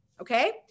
okay